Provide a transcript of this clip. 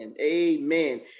Amen